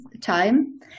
time